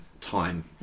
time